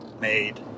made